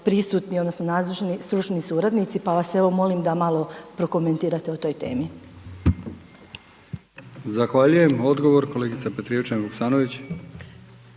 prisutni odnosno nazočni stručni suradnici, pa vas evo molim da malo prokomentirate o toj temi. **Brkić, Milijan (HDZ)** Zahvaljujem. Odgovor kolegica Petrijevčanin Vuksanović.